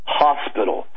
hospital